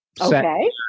Okay